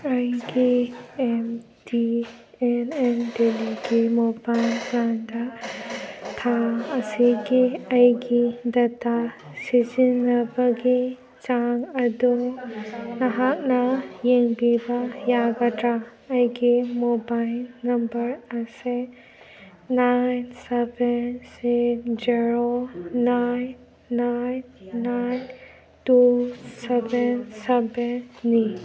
ꯑꯩꯒꯤ M T N L mobile ꯄ꯭ꯂꯥꯟꯗ ꯊꯥ ꯑꯁꯤꯒꯤ ꯑꯩꯒꯤ ꯗꯇꯥ ꯁꯤꯖꯤꯟꯅꯕꯒꯤ ꯆꯥꯡ ꯑꯗꯨ ꯅꯍꯥꯛꯅ ꯌꯦꯡꯕꯤꯕ ꯌꯥꯒꯗ꯭ꯔꯥ ꯑꯩꯒꯤ ꯃꯣꯕꯥꯏꯜ ꯅꯝꯕꯔ ꯑꯁꯦ nine seven six zero nine nine nine two seven ꯁꯕꯦꯟꯅꯤ